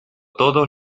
todos